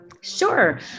Sure